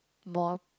more